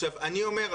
עכשיו אני אומר,